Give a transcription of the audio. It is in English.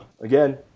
Again